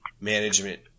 management